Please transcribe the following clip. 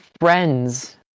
friends